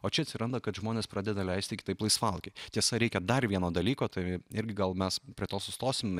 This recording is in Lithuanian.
o čia atsiranda kad žmonės pradeda leisti kitaip laisvalaikį tiesa reikia dar vieno dalyko tai irgi gal mes prie to sustosim